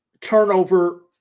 turnover